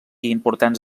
importants